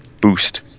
boost